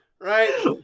right